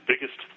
biggest